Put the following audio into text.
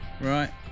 right